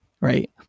Right